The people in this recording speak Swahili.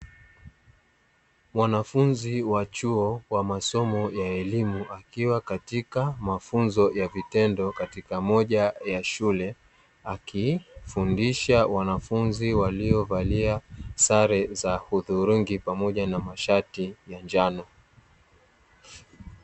Wanafunzi wa chuo ya masomo ya elimu akiwa katika mafunzo ya vitendo katika moja ya shule wakifundisha wanafunzi waliovalia sare za uzurungi pamoja na mashati ya njano.